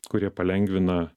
kurie palengvina